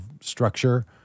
structure